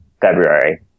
february